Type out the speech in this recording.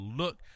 look